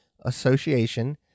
Association